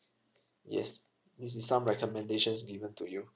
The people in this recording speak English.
yes this is some recommendations given to you